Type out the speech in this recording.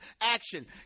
action